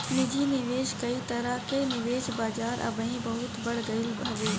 निजी निवेश कई तरह कअ निवेश के बाजार अबही बहुते बढ़ गईल हवे